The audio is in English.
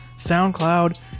SoundCloud